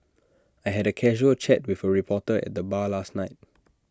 I had A casual chat with A reporter at the bar last night